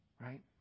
right